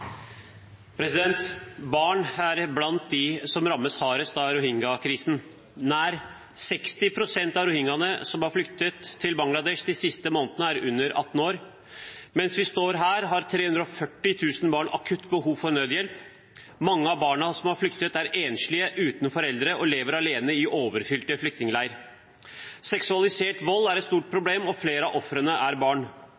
forvaltningskomiteen. Barn er blant dem som rammes hardest av rohingya-krisen. Nær 60 pst. av rohingyaene som har flyktet til Bangladesh de siste månedene, er under 18 år. Mens vi står her, har 340 000 barn akutt behov for nødhjelp. Mange av barna som har flyktet, er enslige, uten foreldre og lever alene i overfylte flyktningleirer. Seksualisert vold er et stort